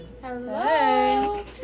Hello